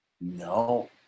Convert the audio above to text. No